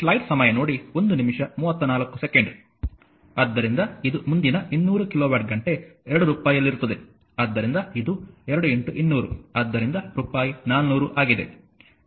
ಆದ್ದರಿಂದ ಇದು ಮುಂದಿನ 200 ಕಿಲೋವ್ಯಾಟ್ ಘಂಟೆ 2 ರೂಪಾಯಿಯಲ್ಲಿರುತ್ತದೆ ಆದ್ದರಿಂದ ಇದು 2 200 ಆದ್ದರಿಂದ ರೂಪಾಯಿ 400 ಆಗಿದೆ